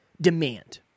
demand